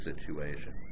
situation